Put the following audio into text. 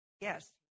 yes